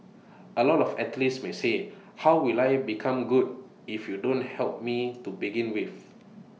A lot of athletes may say how will I become good if you don't help me to begin with